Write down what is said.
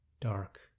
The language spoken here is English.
dark